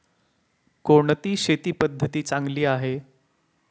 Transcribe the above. कोणती शेती पद्धती चांगली आहे?